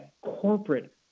corporate